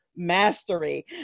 mastery